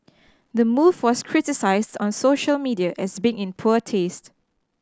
the move was criticised on social media as being in poor taste